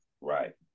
Right